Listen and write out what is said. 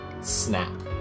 snap